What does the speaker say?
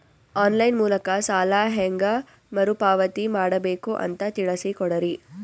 On line ಮೂಲಕ ಸಾಲ ಹೇಂಗ ಮರುಪಾವತಿ ಮಾಡಬೇಕು ಅಂತ ತಿಳಿಸ ಕೊಡರಿ?